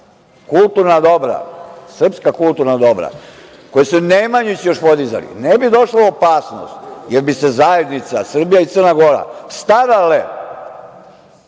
kulturna dobra, srpska kulturna dobra, koju su Nemanjići još podizali, ne bi došla u opasnost, jer bi se zajednica Srbija i Crna Gora starale